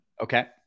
okay